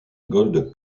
gold